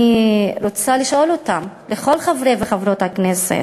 אני רוצה לשאול אותם, את כל חברי וחברות הכנסת,